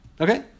Okay